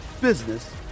business